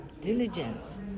diligence